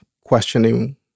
questioning